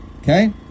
Okay